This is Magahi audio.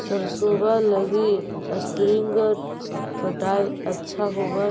सरसोबा लगी स्प्रिंगर पटाय अच्छा होबै